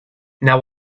now